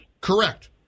Correct